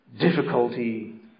difficulty